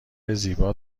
زیبا